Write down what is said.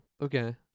Okay